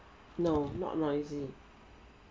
no not noisy